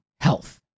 health